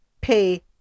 pay